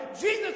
Jesus